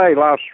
last